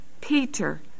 Peter